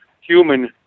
human